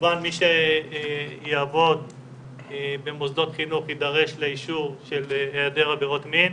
כמובן מי שיעבוד במוסדות חינוך יידרש לאישור של היעדר עבירות מין,